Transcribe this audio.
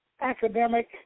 academic